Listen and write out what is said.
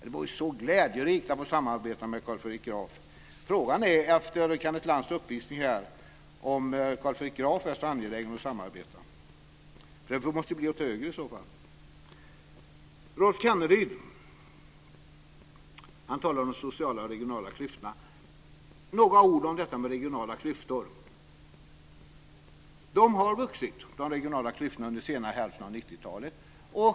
Efter Kenneth Lantz uppvisning här kan man fråga sig om Carl Fredrik Graf är så angelägen om ett samarbete. Det måste i så fall bli åt höger. Rolf Kenneryd talade om de sociala och regionala klyftorna. Några ord om detta med regionala klyftor. De har vuxit under den senare hälften av 90-talet.